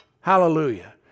Hallelujah